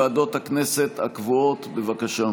זנדברג.